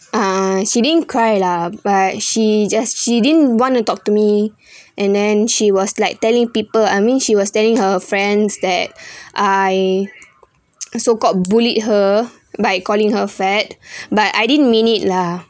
ah she didn't cry lah but she just she didn't want to talk to me and then she was like telling people I mean she was telling her friends that I so called bullied her by calling her fat but I didn't mean it lah